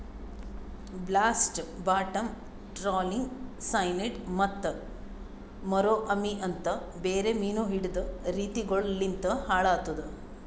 blast, bottom trawling, cyanide ಮತ್ತ ಮುರೋ ಅಮಿ ಅಂತ್ ಬೇರೆ ಮೀನು ಹಿಡೆದ್ ರೀತಿಗೊಳು ಲಿಂತ್ ಹಾಳ್ ಆತುದ್